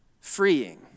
freeing